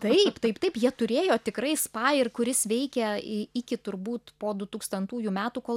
taip taip taip jie turėjo tikrai spa ir kuris veikė iki turbūt po du tūkstantųjų metų kol